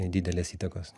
didelės įtakos